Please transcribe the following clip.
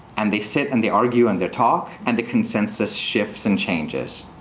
and they sit, and they argue, and they talk. and the consensus shifts and changes.